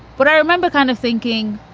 but i remember kind of thinking,